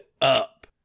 up